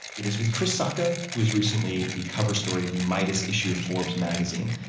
it is with chris sacca, who is recently the cover story of the midas issue of forbes magazine.